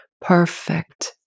perfect